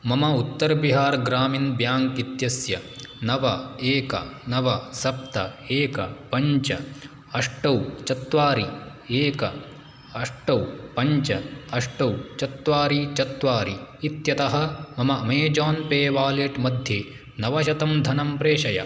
मम उत्तर् बिहार् ग्रामिन् बेङ्क् इत्यस्य नव एक नव सप्त एक पञ्च अष्टौ चत्वारि एक अष्टौ पञ्च अष्टौ चत्वारि चत्वारि इत्यतः मम अमेज़ान् पे वालेट् मध्ये नवशतं धनं प्रेषय